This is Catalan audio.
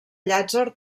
llàtzer